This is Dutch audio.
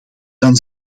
dan